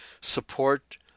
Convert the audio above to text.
support